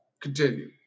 Continue